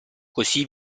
così